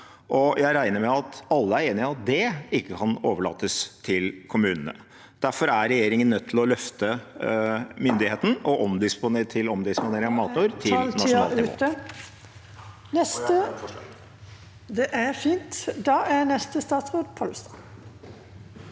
jeg regner med at alle er enig i at det ikke kan overlates til kommunene. Derfor er regjeringen nødt til å løfte myndigheten til omdisponering av matjord til nasjonalt nivå.